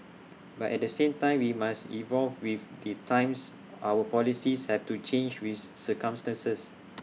but at the same time we must evolve with the times our policies have to change with circumstances